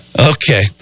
Okay